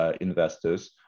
investors